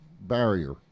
barrier